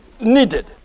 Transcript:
needed